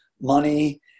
money